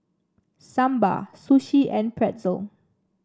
Sambar Sushi and Pretzel